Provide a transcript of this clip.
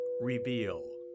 reveal